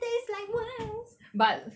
taste like worms but